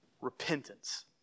repentance